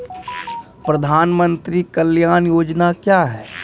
प्रधानमंत्री कल्याण योजना क्या हैं?